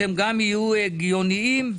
שהם גם יהיו הגיוניים,